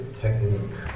technique